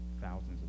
Thousands